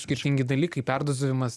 skirtingi dalykai perdozavimas